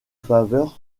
faveur